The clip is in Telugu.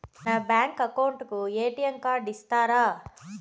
నా బ్యాంకు అకౌంట్ కు ఎ.టి.ఎం కార్డు ఇస్తారా